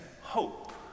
hope